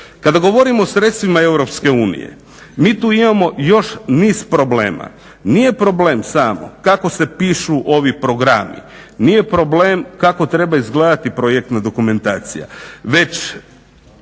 Kada govorimo o sredstvima Europske unije, mi tu imamo još niz problema. Nije problem samo kako se pišu ovi programi, nije problem kako treba izgledati projektna dokumentacija, već